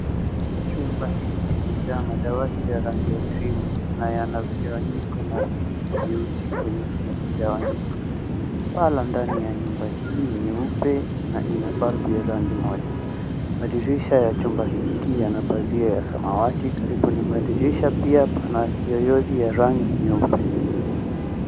Chumba hiki kimejaa madawati ya rangi ya krimu na yanagawanyika na viti vyeusi kwa kila kigawanyiko. Paa la ndani ya nyumba hii ni jeupe na lina rangi moja. Madirisha ya chumba hiki yana rangi ya samawati, karibu na madirisha pia pana kiyoyozi ya rangi nyeupe.